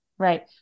Right